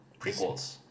prequels